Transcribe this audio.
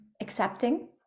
accepting